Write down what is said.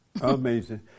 Amazing